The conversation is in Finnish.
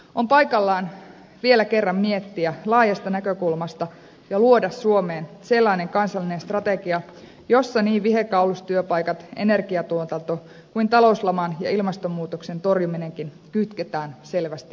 on paikallaan vielä kerran miettiä laajasta näkökulmasta ja luoda suomeen sellainen kansallinen strategia jossa niin viherkaulustyöpaikat energiantuotanto kuin talouslaman ja ilmastonmuutoksen torjuminenkin kytketään selvästi yhteen